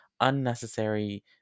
unnecessary